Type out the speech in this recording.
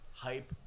Hype